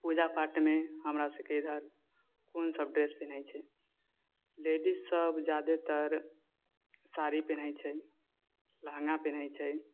पूजा पाठमे हमरा सबके इधर कोन सब ड्रेस पिन्है छै लेडीज सब ज्यादातर साड़ी पिन्है छै लहँगा पिन्है छै